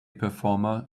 performer